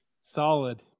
Solid